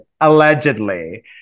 allegedly